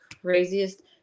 craziest